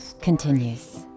continues